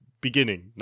Beginning